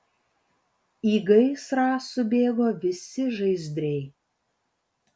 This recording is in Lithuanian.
į gaisrą subėgo visi žaizdriai